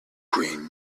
queen